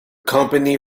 company